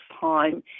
time